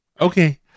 Okay